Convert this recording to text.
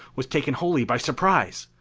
was taken wholly by surprise.